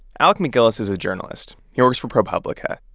alec macgillis is a journalist. he works for propublica.